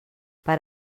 per